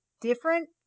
different